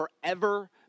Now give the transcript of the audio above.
forever